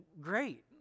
great